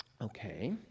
Okay